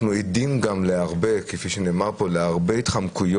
אנחנו עדים להרבה התחמקויות.